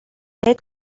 بهت